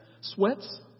Sweats